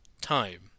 time